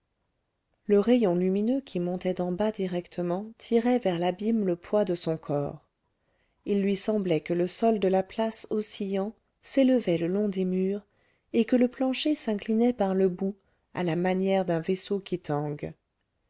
le rayon lumineux qui montait d'en bas directement tirait vers l'abîme le poids de son corps il lui semblait que le sol de la place oscillant s'élevait le long des murs et que le plancher s'inclinait par le bout à la manière d'un vaisseau qui tangue